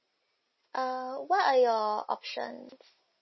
uh what are your options